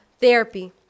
therapy